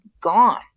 gone